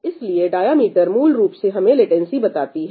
इसलिए डायमीटर मूल रूप से हमें लेटेंसी बताती है